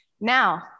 Now